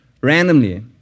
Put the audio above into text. randomly